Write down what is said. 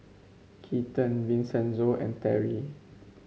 Keaton Vincenzo and Terri